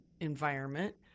environment